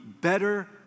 better